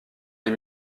les